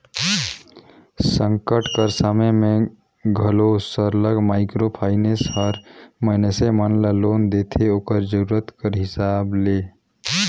संकट कर समे में घलो सरलग माइक्रो फाइनेंस हर मइनसे मन ल लोन देथे ओकर जरूरत कर हिसाब ले